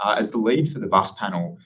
as the lead for the bus panel,